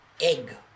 egg